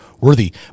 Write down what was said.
worthy